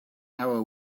our